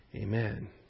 Amen